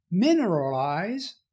mineralize